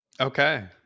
Okay